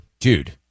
Dude